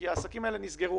כי העסקים האלה נסגרו,